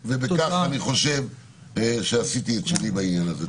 ובכך, אני חושב, עשיתי את שלי בעניין הזה.